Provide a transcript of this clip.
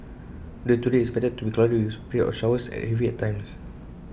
the weather today is expected to be cloudy with periods of showers heavy at times